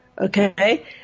Okay